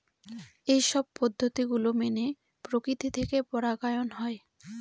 এইসব পদ্ধতি গুলো মেনে প্রকৃতি থেকে পরাগায়ন হয়